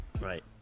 right